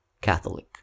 Catholic